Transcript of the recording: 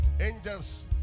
Angels